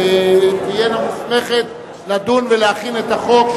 תהיה מוסמכת לדון ולהכין את החוק,